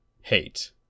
Hate